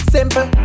Simple